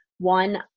One